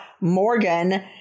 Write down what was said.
Morgan